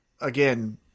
again